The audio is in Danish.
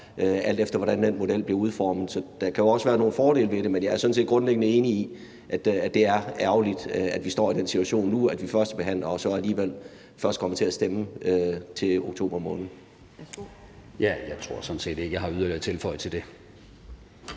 alt efter hvordan den model bliver udformet. Så der kan jo også være nogle fordele ved det, men jeg er sådan set grundlæggende enig i, at det er ærgerligt, at vi står i den situation nu, at vi førstebehandler det og så alligevel først kommer til at stemme om det til oktober måned. Kl. 12:26 Anden næstformand (Pia Kjærsgaard):